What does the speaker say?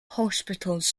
hospitals